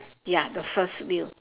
ya the first wheel